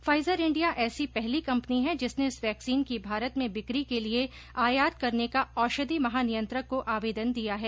Pfizer India ऐसी पहली company है जिसने इस वैक्सीन की भारत में बिक्री के लिए आयात करने का औषधि महानियंत्रक को आवेदन दिया है